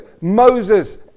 Moses